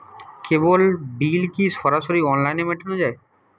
কেবল bill কি সরাসরি অনলাইনে মেটানো য়ায়?